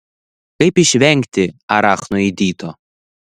kaip išvengti arachnoidito